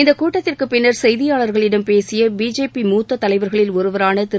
இந்த கூட்டத்திற்குப் பின்னர் செய்தியாளர்களிடம் பேசிய பிஜேபி மூத்த தலைவர்களில் ஒருவரான திரு